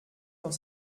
dans